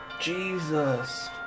Jesus